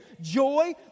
joy